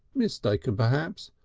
mistaken perhaps,